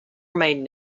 remained